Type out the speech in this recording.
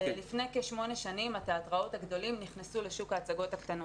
לפני כשמונה שנים התיאטראות הגדולים נכנסו לשוק ההצגות הקטנות.